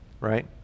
right